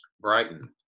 Brighton